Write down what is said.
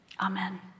Amen